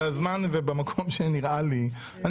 בזמן ובמקום שנראה לי,